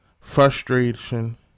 frustration